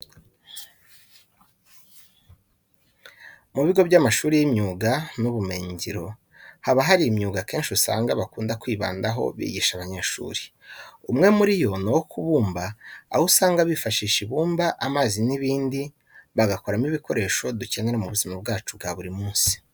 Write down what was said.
Mu bigo by'amashuri y'imyuga n'ubumenyingiro haba hari imyuga akenshi usanga bakunda kwibandaho bigisha abanyeshuri. Umwe muri yo ni uwo kubumba, aho usanga bifashisha ibumba, amazi n'ibindi bagakoramo ibikoresho dukenera mu buzima bwacu bwa buri munsi.